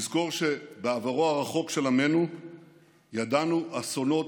נזכור שבעברו הרחוק של עמנו ידענו אסונות